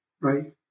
right